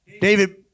David